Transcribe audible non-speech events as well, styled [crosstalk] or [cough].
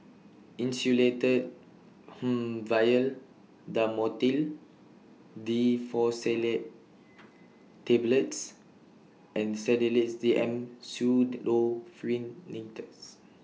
Insulatard [hesitation] Vial Dhamotil Diphenoxylate Tablets and Sedilix D M Pseudoephrine Linctus